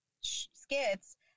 skits